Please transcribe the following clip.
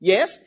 Yes